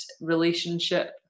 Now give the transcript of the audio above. relationship